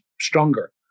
stronger